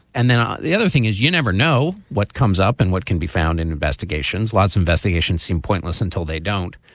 and then ah the other thing is you never know what comes up and what can be found in investigations. lots of seem pointless until they don't.